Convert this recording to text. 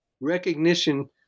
recognition